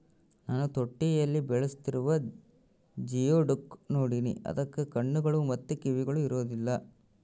ನಾನು ತೊಟ್ಟಿಯಲ್ಲಿ ಬೆಳೆಸ್ತಿರುವ ಜಿಯೋಡುಕ್ ನೋಡಿನಿ, ಅದಕ್ಕ ಕಣ್ಣುಗಳು ಮತ್ತೆ ಕಿವಿಗಳು ಇರೊದಿಲ್ಲ